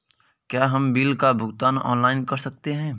क्या हम बिल का भुगतान ऑनलाइन कर सकते हैं?